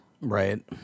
Right